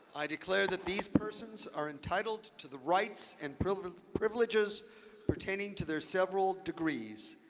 i declare that these persons are entitled to the rights and privileges privileges pertaining to their several degrees,